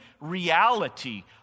reality